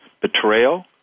betrayal